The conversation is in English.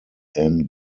anne